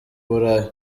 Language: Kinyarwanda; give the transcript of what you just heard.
burayi